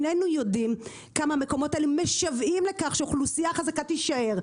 שנינו יודעים כמה המקומות האלה משוועים לכך שאוכלוסייה חזקה תישאר.